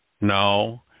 No